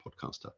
podcaster